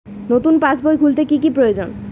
নতুন পাশবই খুলতে কি কি প্রয়োজন?